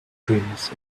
dreams